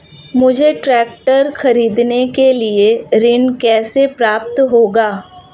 मुझे ट्रैक्टर खरीदने के लिए ऋण कैसे प्राप्त होगा?